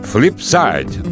Flipside